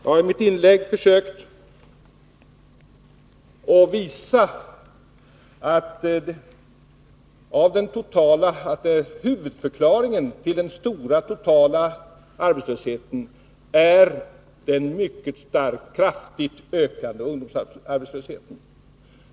Jag har i mitt inlägg försökt visa att huvudförklaringen till den stora totala arbetslösheten är den mycket kraftigt ökade ungdomsarbetslösheten.